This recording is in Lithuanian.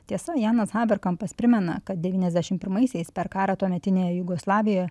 tiesa janas haverkampas primena kad devyniasdešim pirmaisiais per karą tuometinėje jugoslavijoje